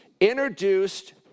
introduced